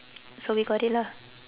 so we got it lah